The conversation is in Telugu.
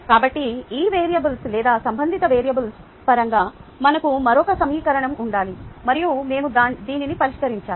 కాబట్టి ఈ వేరియబుల్స్ లేదా సంబంధిత వేరియబుల్స్ పరంగా మనకు మరొక సమీకరణం ఉండాలి మరియు మేము దీనిని పరిష్కరించాలి